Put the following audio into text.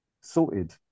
Sorted